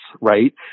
right